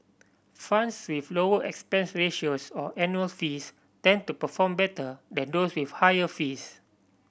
funds with lower expense ratios or annual fees tend to perform better than those with higher fees